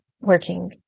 working